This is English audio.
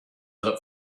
look